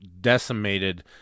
decimated